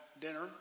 dinner